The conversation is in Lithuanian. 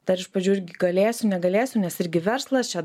dar iš pradžių irgi galėsiu negalėsiu nes irgi verslas čia